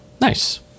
Nice